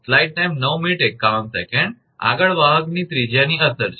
આગળ વાહક ત્રિજ્યાની અસર છે